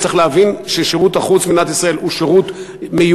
וצריך להבין ששירות החוץ במדינת ישראל הוא שירות מיוחד,